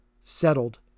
settled